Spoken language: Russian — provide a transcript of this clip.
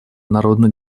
народно